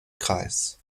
kreis